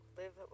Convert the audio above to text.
live